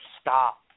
stop